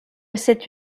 cette